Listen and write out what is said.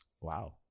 Wow